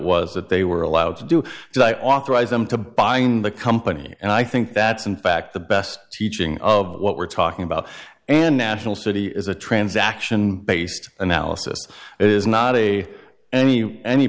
was that they were allowed to do so i authorize them to buying the company and i think that's in fact the best teaching of what we're talking about and national city is a transaction based analysis it is not a any any